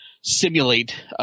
simulate